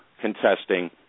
contesting